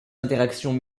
interactions